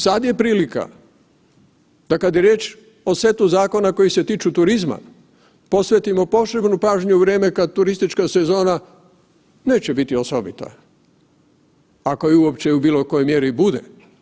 Sad je prilika da kada je riječ o setu zakona koji se tiču turizma, posvetimo posebnu pažnju u vrijeme kada turistička sezone neće biti osobita, ako je uopće u bilo kojoj mjeri i bude.